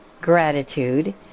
gratitude